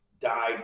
died